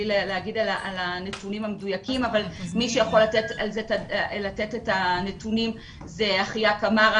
להגיד על הנתונים המדויקים אבל מי שיכול לתת את הנתונים זה אחיה קמארה,